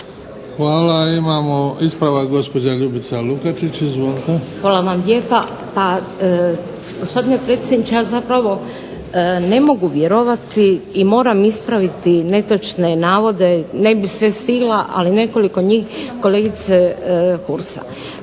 Hvala. Imamo ispravak, gospođa Ljubica Lukačić. Izvolite. **Lukačić, Ljubica (HDZ)** Hvala vam lijepa. Pa gospodine predsjedniče ja zapravo ne mogu vjerovati i moram ispraviti netočne navode, ne bih sve stigla, ali nekoliko njih kolegice Hurse.